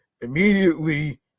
Immediately